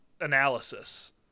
analysis